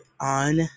on